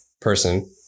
person